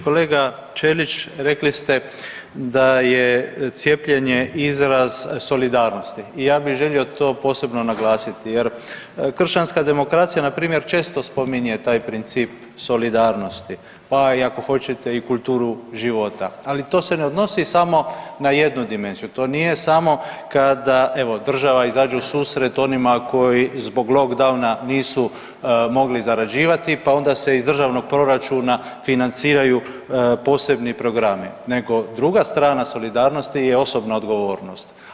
Kolega Ćelić, rekli ste da je cijepljenje izraz solidarnosti i ja bih želio to posebno naglasiti jer kršćanska demokracija npr. često spominje taj princip solidarnosti, pa ako hoćete i kulturu života, ali to se ne odnosi samo na jednu dimenziju, to nije samo kada evo država izađe u susret onima koji zbog lockdowna nisu mogli zarađivati pa onda se iz državnog proračuna financiraju posebni programi, nego druga strana solidarnosti je osobna odgovornost.